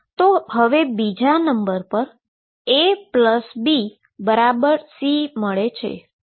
તો હવે બીજા નંબર પર ABC મળે છે